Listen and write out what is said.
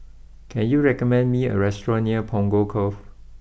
can you recommend me a restaurant near Punggol Cove